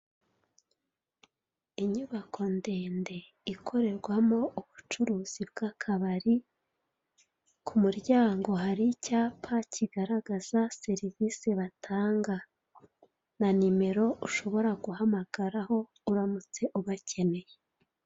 Inyubako ndende ikorerwamo ubucuruzi bw'akabari, ku muryango hari icyapa kigaragaza serivise batanga, na nimero ushobora guhamagara uramutse ubakeneye.